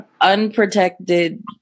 unprotected